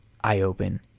eye-open